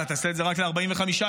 אתה תעשה את זה רק ל-45 יום.